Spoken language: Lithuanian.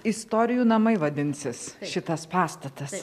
istorijų namai vadinsis šitas pastatas